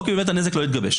או מכיוון שהנזק לא התגבש.